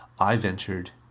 i ventured,